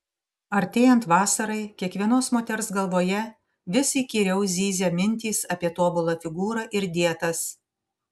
artėjant vasarai kiekvienos moters galvoje vis įkyriau zyzia mintys apie tobulą figūrą ir dietas